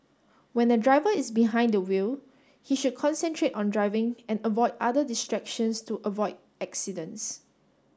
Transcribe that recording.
when a driver is behind the wheel he should concentrate on driving and avoid other distractions to avoid accidents